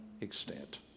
extent